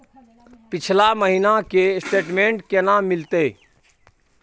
पिछला महीना के स्टेटमेंट केना मिलते?